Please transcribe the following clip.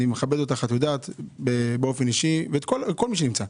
אני מכבד אותך באופן אישי ואת כל מי שנמצא,